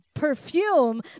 perfume